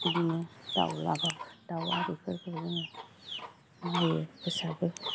बिदिनो दाउ लाबाबो दाउ आरिफोरखौबो जोङो जोङो नायो फोसाबो